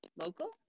local